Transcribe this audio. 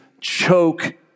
choke